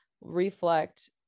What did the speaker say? reflect